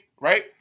right